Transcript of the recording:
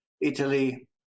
Italy